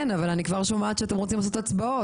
כן, אבל אני כבר שומעת שאתם רוצים לעשות הצבעות.